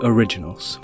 Originals